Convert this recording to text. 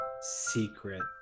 Secret